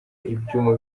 ibyuma